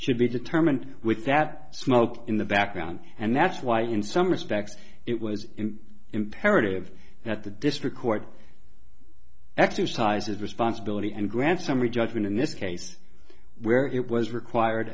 should be determined with that smoke in the background and that's why in some respects it was imperative that the district court exercises responsibility and grant summary judgment in this case where it was required